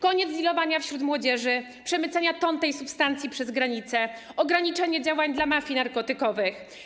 Koniec dilowania wśród młodzieży, przemycania ton tej substancji przez granicę, ograniczenie działań mafii narkotykowej.